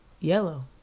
Yellow